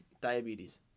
diabetes